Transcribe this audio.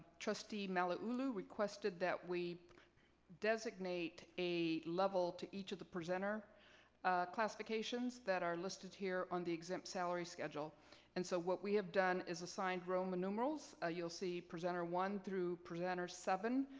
trustee malauulu requested that we designate a level to each of the presenter classifications that are listed here on the exempt salary schedule and so what we have done is assigned roman numerals. ah you'll see presenter one through presenter seven.